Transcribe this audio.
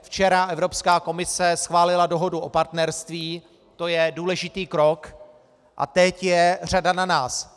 Včera Evropská komise schválila dohodu o partnerství, to je důležitý krok, a teď je řada na nás.